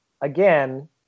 again –